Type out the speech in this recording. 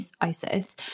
ISIS